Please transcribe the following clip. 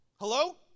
Hello